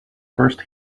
first